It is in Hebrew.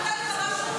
אני רוצה להגיד משהו,